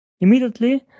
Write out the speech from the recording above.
Immediately